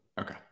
Okay